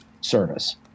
service